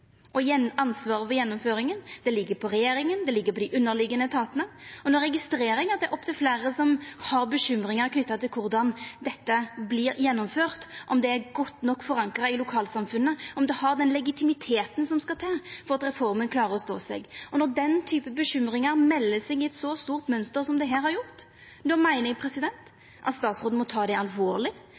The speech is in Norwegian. Og ansvaret for gjennomføringa ligg på regjeringa og på dei underliggjande etatane. No registrerer eg at opptil fleire er bekymra for korleis dette vert gjennomført, om det er godt nok forankra i lokalsamfunna, om reforma har den legitimiteten som skal til for å klara å stå seg. Når slike bekymringar melder seg i eit så stort mønster som det her har gjort, meiner eg at statsråden må ta det alvorleg,